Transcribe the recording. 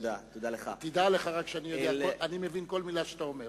דע לך רק שאני מבין כל מלה שאתה אומר.